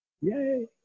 Yay